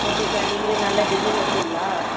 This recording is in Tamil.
ஓகேக்கா நீங்களே நல்ல டிசைன் வைப்பீங்களா